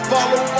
Follow